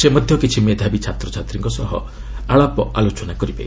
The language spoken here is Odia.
ସେ ମଧ୍ୟ କିଛି ମେଧାବୀ ଛାତ୍ରଛାତ୍ରୀଙ୍କ ସହ ଆଳାପ ଆଲୋଚନା କରିବେ